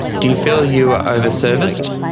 do you feel you were over-serviced?